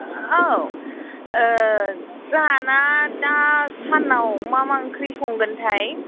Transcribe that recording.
औ जोंहा ना दा सानाव मा मा ओंख्रि संगोनथाय